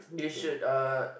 you should uh